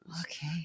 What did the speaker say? okay